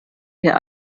wir